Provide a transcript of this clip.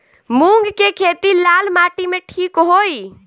मूंग के खेती लाल माटी मे ठिक होई?